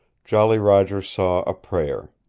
jolly roger saw a prayer.